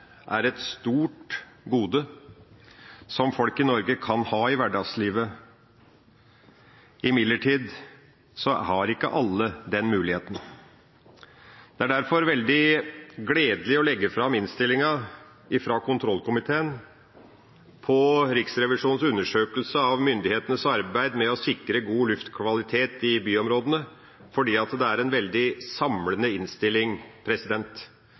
er et stort gode som folk i Norge kan ha i hverdagslivet. Imidlertid har ikke alle den muligheten. Det er derfor veldig gledelig å legge fram innstillinga fra kontrollkomiteen om Riksrevisjonens undersøkelse av myndighetenes arbeid med å sikre god luftkvalitet i byområdene, fordi det er en veldig samlende innstilling.